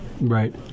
Right